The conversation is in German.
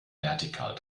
vertikal